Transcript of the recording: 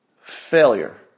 failure